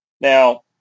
Now